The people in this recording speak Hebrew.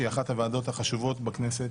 שהיא אחת הוועדות החשובות בכנסת.